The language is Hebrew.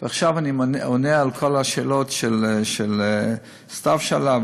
ועכשיו אני עונה על כל השאלות שסתיו שאלה,